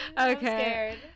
Okay